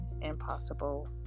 impossible